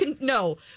No